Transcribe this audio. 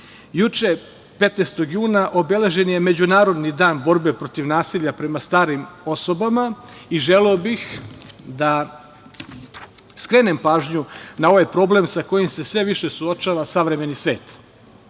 ugla. Juče, 15. juna obeležen je Međunarodni dan borbe protiv nasilja prema starim osobama i želeo bih da skrenem pažnju na ovaj problem sa kojim se sve više suočava savremeni svet.